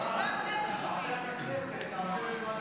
חברי הכנסת קובעים.